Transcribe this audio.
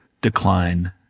decline